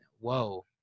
whoa